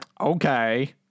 Okay